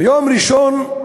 ביום ראשון,